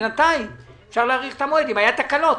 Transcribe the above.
אם היו תקנות.